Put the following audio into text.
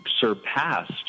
surpassed